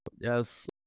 Yes